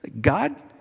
God